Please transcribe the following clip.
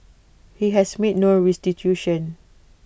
he has made no restitution